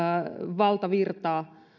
valtavirtaa